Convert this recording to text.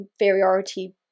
inferiority